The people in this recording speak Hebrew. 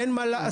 אין מה לעשות.